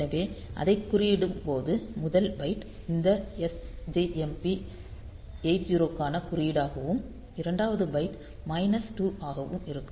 எனவே அதை குறியிடும்போது முதல் பைட் இந்த sjmp 80 க்கான குறியீடாகவும் இரண்டாவது பைட் மைனஸ் 2 ஆகவும் இருக்கும்